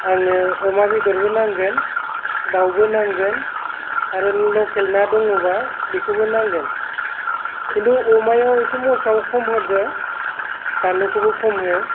आंनो अमा बेदरबो नांगोन दाउबो नांगोन आरो लकेल ना दङबा बेखौबो नांगोन खिन्थु अमायाव इसे मसलाखौ खम होदो बानलुखौबो खम हो